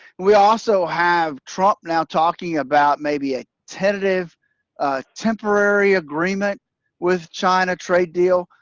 we also have trump now talking about maybe a tentative temporary agreement with china trade deal,